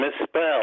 misspelled